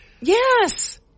Yes